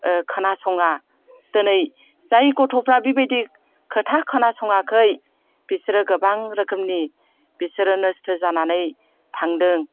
खोनासङा दिनै जाय गथ'फ्रा बिबायदि खोथा खोनासङाखै बिसोरो गोबां रोखोमनि बिसोरो नोस्थो जानानै थांदों